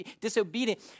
disobedient